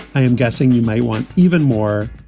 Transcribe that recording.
i am guessing you may want even more.